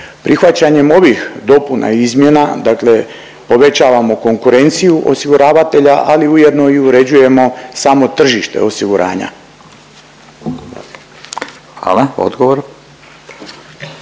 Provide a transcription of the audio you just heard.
Prihvaćanjem ovih dopuna i izmjena dakle povećavamo konkurenciju osiguravatelja ali ujedno i uređujemo samo tržište osiguranja. **Radin,